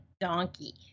donkey